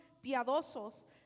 piadosos